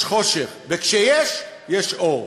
יש חושך, וכשיש, יש אור.